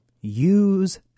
use